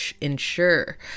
ensure